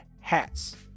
Hats